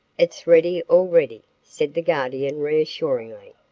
it's ready already, said the guardian reassuringly.